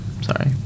Sorry